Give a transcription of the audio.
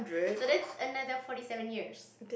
so that's another forty seven years